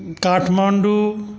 Kathmandu